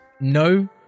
no